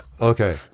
Okay